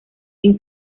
sin